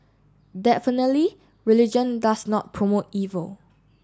definitely religion does not promote evil